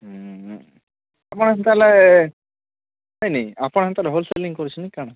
ଆପଣ ତାହଲେ ନାଇଁ ନାଇଁ ଆପଣ ତାହେଲେ ହୋଲସେଲିଂ କରୁଛନ୍ତି କେ କାଣା